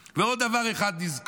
ועוד דבר אחד נזכור.